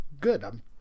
good